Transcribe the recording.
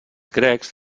grecs